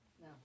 No